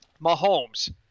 Mahomes